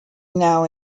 now